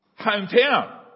hometown